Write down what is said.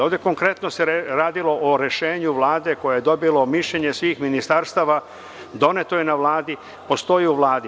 Ovde se konkretno radilo o rešenju Vlade koje je dobilo mišljenje svih ministarstava, doneto je na Vladi, postoji u Vladi.